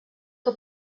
que